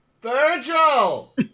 Virgil